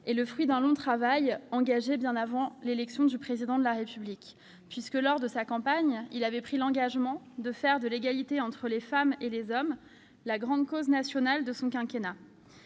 est le fruit d'un long travail engagé bien avant l'élection du Président de la République. En effet, lors de sa campagne, il avait pris l'engagement de faire de l'égalité entre les femmes et les hommes la grande cause nationale de son quinquennat.